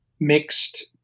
mixed